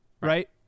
right